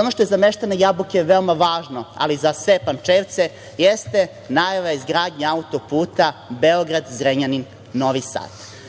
Ono što je za meštane Jabuke veoma važno, ali i za sve Pančevce jeste najava izgradnje auto-puta Beograd-Zrenjanin-Novi Sad.